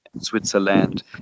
switzerland